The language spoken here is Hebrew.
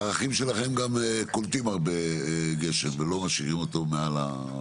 הערכים שלכם גם קולטים הרבה גשם ולא משאירים אותו מעל.